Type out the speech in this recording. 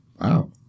Wow